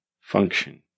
function